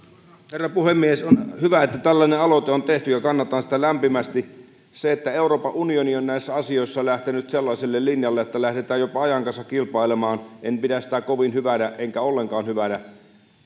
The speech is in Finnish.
herra puhemies on hyvä että tällainen aloite on tehty ja kannatan sitä lämpimästi sitä että euroopan unioni on näissä asioissa lähtenyt sellaiselle linjalle että lähdetään jopa ajan kanssa kilpailemaan en pidä kovin hyvänä enkä ollenkaan hyvänä